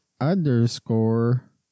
underscore